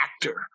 actor